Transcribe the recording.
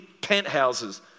penthouses